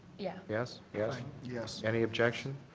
yeah. yes. yes. yes. any objection?